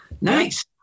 Nice